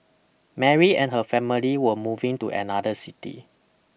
Mary and her family were moving to another city